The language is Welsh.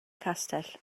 castell